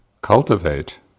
cultivate